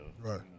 Right